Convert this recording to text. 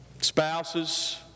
spouses